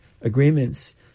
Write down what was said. agreements